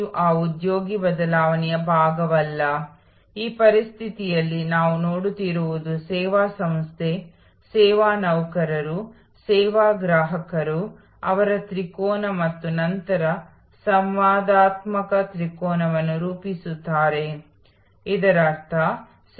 ಆದರೆ ಈ ಒಂದೆರಡು ಅಧಿವೇಶನದಲ್ಲಿ ನಾವು ಹರಿವು ಮತ್ತು ಪ್ರಕ್ರಿಯೆಯ ನೀಲಿ ನಕ್ಷೆ ಮತ್ತು ಅಧ್ಯಯನದಿಂದ ಹೊಸ ಸೇವೆಯ ರಚನೆ ಅಸ್ತಿತ್ವದಲ್ಲಿರುವ ನೀಲಿ ನಕ್ಷೆಗಳ ಮೇಲೆ ಹೆಚ್ಚು ಗಮನ ಹರಿಸುತ್ತೇವೆ